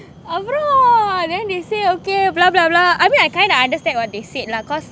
அப்பொறோம்:apporoam then they say okay I think I kind of understand what they said lah cause